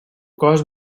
cos